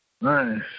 Nice